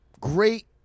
Great